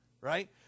right